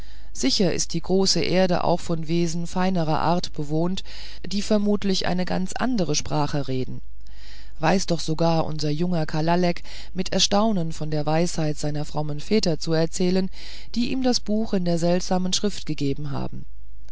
sicher ist die große erde auch von wesen feinerer art bewohnt die vermutlich eine ganz andere sprache reden weiß doch sogar unser junger kalalek mit erstaunen von der weisheit seiner frommen väter zu erzählen die ihm das buch in der seltsamen schrift gegeben haben